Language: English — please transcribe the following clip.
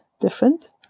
different